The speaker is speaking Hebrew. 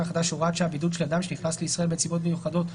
החדש (הוראת שעה) (בידוד של אדם שנכנס לישראל בנסיבות מיוחדות),